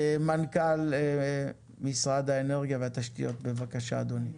מנכ"ל משרד האנרגיה והתשתיות, בבקשה אדוני.